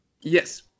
Yes